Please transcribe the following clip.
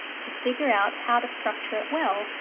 to figure out how to structure it well,